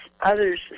others